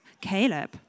Caleb